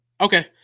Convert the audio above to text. Okay